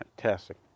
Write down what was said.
Fantastic